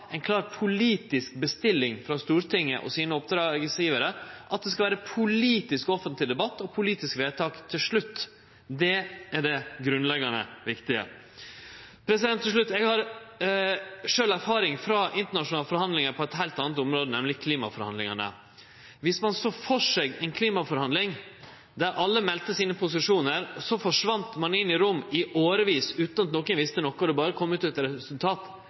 klar politisk bestilling frå Stortinget og sine oppdragsgjevarar – at det skal vere offentleg politisk debatt og politisk vedtak til slutt. Det er det grunnleggjande viktige. Til slutt: Eg har sjølv erfaring frå internasjonale forhandlingar på eit heilt anna område, nemleg klimaforhandlingane. Dersom ein såg for seg ei klimaforhandling der alle melde sine posisjonar og så forsvann inn i rom i årevis, utan at nokon visste noko og det berre kom ut eit resultat,